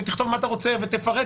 ותכתוב מה אתה רוצה ותפרט.